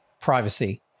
privacy